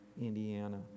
Indiana